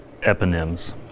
eponyms